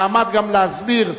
ועמד גם להסביר,